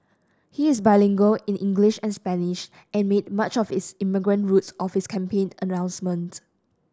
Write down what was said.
he is bilingual in English and Spanish and made much of is immigrant roots at his campaign announcement